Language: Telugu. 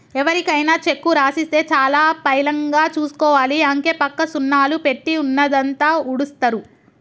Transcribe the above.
ఎవరికైనా చెక్కు రాసిస్తే చాలా పైలంగా చూసుకోవాలి, అంకెపక్క సున్నాలు పెట్టి ఉన్నదంతా ఊడుస్తరు